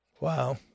Wow